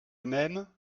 même